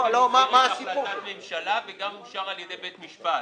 יש החלטת ממשלה וזה גם אושר על ידי בית המשפט.